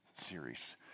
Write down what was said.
series